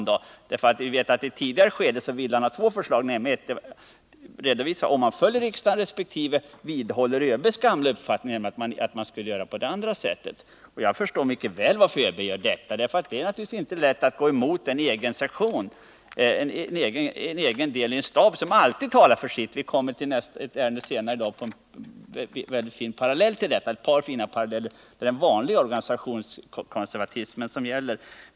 Vi vet att han i ett tidigare skede tänkt redovisa två förslag, nämligen ett som gick ut på att man följde riksdagens beslut och ett annat som innebar att man gick på ÖB:s linje. Jag förstår att det för ÖB inte är lätt att gå emot en del av den egna staben, som alltid talar för sitt. Vi har senare på dagens föredragningslista ett par mycket fina paralleller till detta. Här gäller den vanliga organisationskonservatismen.